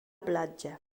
platja